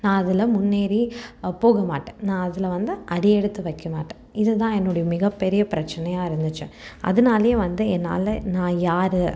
நான் அதில் முன்னேறி போக மாட்டேன் நான் அதில் வந்து அடியெடுத்து வைக்கமாட்டேன் இது தான் என்னுடைய மிக பெரிய பிரச்சனையாக இருந்துச்சு அதனாலயே வந்து என்னால் நான் யார்